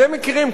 אתם מכירים,